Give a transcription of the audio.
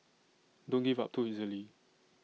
don't give up too easily